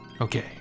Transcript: Okay